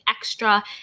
extra